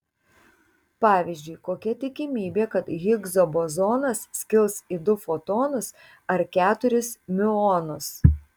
pavyzdžiui kokia tikimybė kad higso bozonas skils į du fotonus ar keturis miuonus